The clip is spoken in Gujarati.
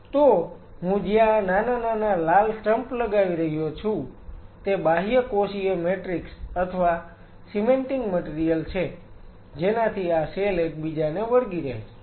તો હું જ્યાં આ નાના નાના લાલ સ્ટમ્પ લગાવી રહ્યો છું તે બાહ્યકોષીય મેટ્રિક્સ અથવા સીમેન્ટિંગ મટીરીયલ છે જેનાથી આ સેલ એકબીજાને વળગી રહે છે